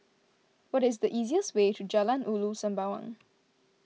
what is the easiest way to Jalan Ulu Sembawang